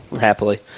Happily